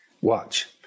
Watch